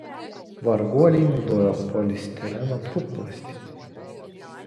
varguoliai naudojo polistireno putplastį